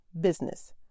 business